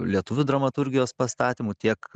lietuvių dramaturgijos pastatymų tiek